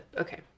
Okay